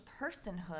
personhood